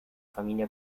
familia